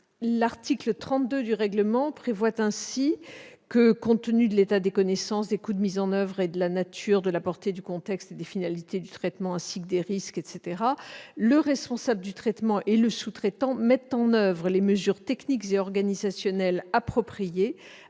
L'article 32 du règlement prévoit ainsi que, « compte tenu de l'état des connaissances, des coûts de mise en oeuvre et de la nature, de la portée, du contexte et des finalités du traitement ainsi que des risques, [...], le responsable du traitement et le sous-traitant mettent en oeuvre les mesures techniques et organisationnelles appropriées